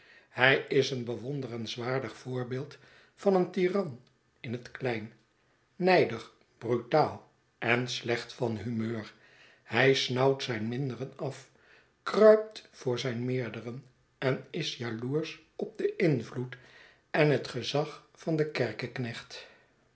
hij is een bewonderenswaardig voorbeeld van een tyran in het klein nijdig brutaal en slecht van humeur hij snauwt zijn minderen af kruipt voor zijn meerderen en is jaloersch op den invloed en het gezag van den kerkeknecht